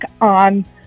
on